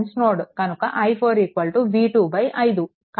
కనుక i4 v2 5